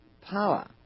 power